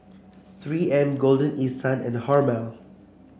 Three M Golden East Sun and Hormel